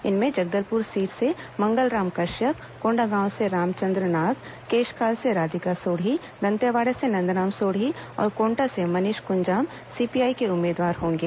इनमें जगदलपुर सीट से मंगलराम कश्यप कोंडागांव से रामचंद्र नाग केशकाल से राधिका सोढी दंतेवाड़ा से नंदराम सोढी और कोंटा से मनीष कुंजाम सीपीआई के उम्मीदवार होंगे